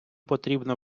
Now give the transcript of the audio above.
потрібно